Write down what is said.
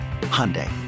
Hyundai